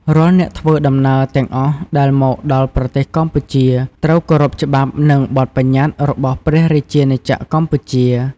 រាល់អ្នកធ្វើដំណើរទាំងអស់ដែលមកដល់ប្រទេសកម្ពុជាត្រូវគោរពច្បាប់ និងបទប្បញ្ញត្តិរបស់ព្រះរាជាណាចក្រកម្ពុជា។